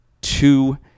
two